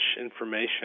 information